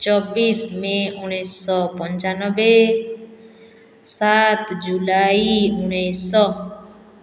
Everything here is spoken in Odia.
ଚବିଶ ମେ ଉଣେଇଶହ ପଞ୍ଚାନବେ ସାତ ଜୁଲାଇ ଉଣେଇଶହ